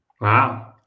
Wow